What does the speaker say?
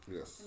Yes